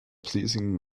pleasing